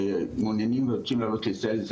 שמעוניינים ורוצים לעלות לישראל.